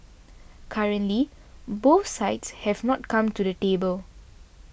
currently both sides have not come to the table